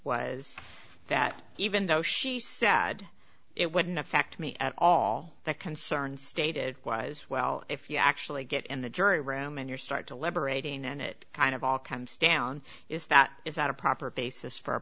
was that even though she said it wouldn't affect me at all the concern stated was well if you actually get in the jury room and you're start deliberating and it kind of all comes down is that is that a proper basis for a